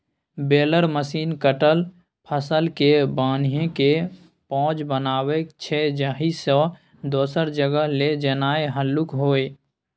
baler machine कटल फसलकेँ बान्हिकेँ पॉज बनाबै छै जाहिसँ दोसर जगह लए जेनाइ हल्लुक होइ